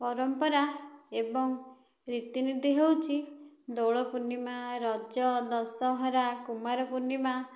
ପରମ୍ପରା ଏବଂ ରୀତିନୀତି ହେଉଛି ଦୋଳପୂର୍ଣିମା ରଜ ଦଶହରା କୁମାରପୁର୍ଣିମା